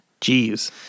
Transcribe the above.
Jeez